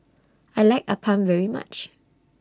I like Appam very much